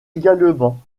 également